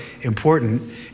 important